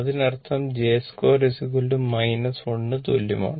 അതിനർത്ഥം j2 1 തുല്യമാണ്